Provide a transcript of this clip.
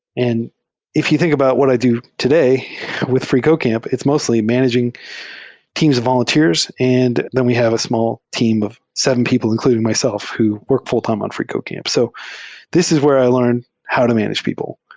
and if you think about what i do today with freecodecamp, it's mostly managing teams of volunteers, and then we have a small team of seven people, including myself, who work full-time on freecodecamp. so this is where i learned how to manage people.